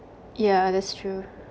yeah that's true